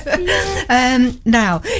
Now